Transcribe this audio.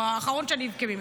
הוא האחרון שאני אבכה ממנו.